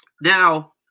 Now